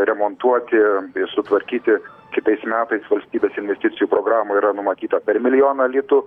remontuoti bei sutvarkyti kitais metais valstybės investicijų programoj yra numatyta per milijoną litų